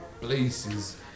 places